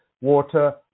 water